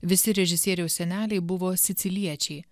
visi režisieriaus seneliai buvo siciliečiai